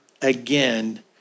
again